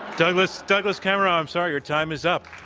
douglas douglas kamerow, i'm sorry, your time is up.